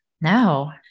No